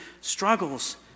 struggles